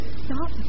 stop